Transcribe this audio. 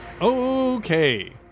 Okay